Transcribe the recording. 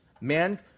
man